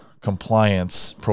compliance